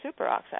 superoxide